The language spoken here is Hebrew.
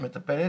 שמטפלת.